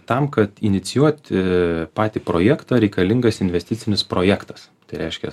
tam kad inicijuoti patį projektą reikalingas investicinis projektas tai reiškia